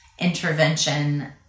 intervention